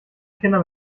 kinder